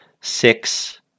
six